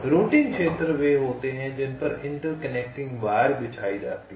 routing क्षेत्र वे होते हैं जिन पर इंटरकनेक्टिंग वायर बिछाई जाती है